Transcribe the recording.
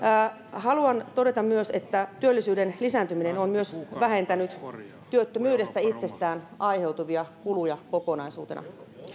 haluan todeta myös että työllisyyden lisääntyminen on myös vähentänyt työttömyydestä itsestään aiheutuvia kuluja kokonaisuutena